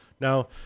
Now